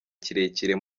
kirekire